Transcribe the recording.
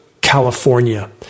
California